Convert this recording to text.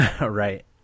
Right